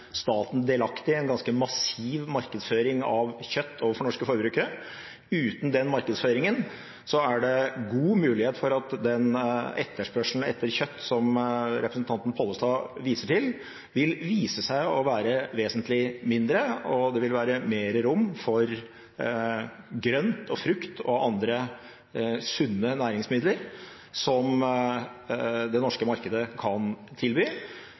staten delaktig i en ganske massiv markedsføring av kjøtt overfor norske forbrukere. Uten den markedsføringen er det god mulighet for at den etterspørselen etter kjøtt som representanten Pollestad viser til, vil vise seg å være vesentlig mindre, og det vil være mer rom for grønt og frukt og andre sunne næringsmidler som det norske markedet kan tilby.